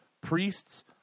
priests